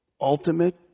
ultimate